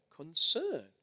concern